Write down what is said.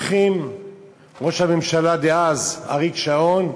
ראש הממשלה דאז אריק שרון אמר: